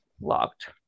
locked